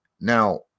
Now